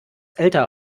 älter